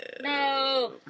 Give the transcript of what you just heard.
No